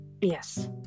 Yes